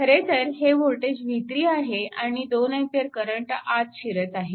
खरेतर हे voltage v3 आहे आणि 2A करंट आत शिरत आहे